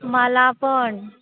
मला पण